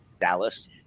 Dallas